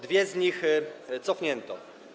Dwie z nich cofnięto.